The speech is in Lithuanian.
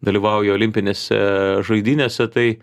dalyvauja olimpinėse žaidynėse tai